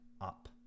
up